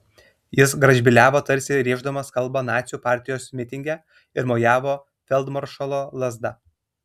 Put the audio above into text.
jis gražbyliavo tarsi rėždamas kalbą nacių partijos mitinge ir mojavo feldmaršalo lazda